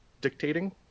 dictating